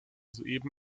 soeben